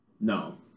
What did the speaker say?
no